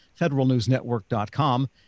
federalnewsnetwork.com